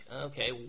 okay